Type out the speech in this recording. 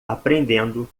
aprendendo